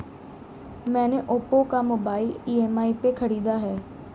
मैने ओप्पो का mobile EMI पे खरीदा है